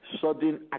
sudden